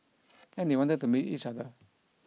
and they wanted to meet each other